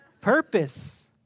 Purpose